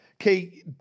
okay